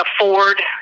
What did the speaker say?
afford